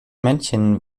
männchen